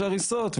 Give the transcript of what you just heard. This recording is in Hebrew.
יש הריסות,